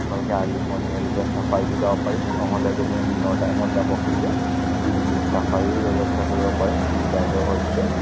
আপোনালোকে early morning elephant ছাফাৰিতো যাব পাৰিব নহ'লে যেনে দিনৰ টাইমত যাব খোজে আমি জীপ ছাফাৰিও ব্যৱস্থা কৰিব পাৰিম টুৰ গাইডৰ সৈতে